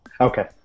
Okay